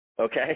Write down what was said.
okay